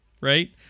Right